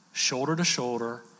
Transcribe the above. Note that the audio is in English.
shoulder-to-shoulder